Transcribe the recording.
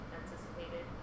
anticipated